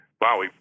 wow